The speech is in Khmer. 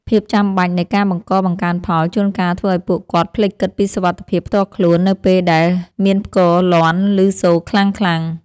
ភាពចាំបាច់នៃការបង្កបង្កើនផលជួនកាលធ្វើឱ្យពួកគាត់ភ្លេចគិតពីសុវត្ថិភាពផ្ទាល់ខ្លួននៅពេលដែលមានផ្គរលាន់ឮសូរខ្លាំងៗ។